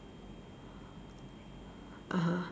(uh huh)